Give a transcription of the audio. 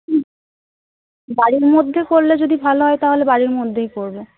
হুম বাড়ির মধ্যে করলে যদি ভালো হয় তাহলে বাড়ির মধ্যেই করবো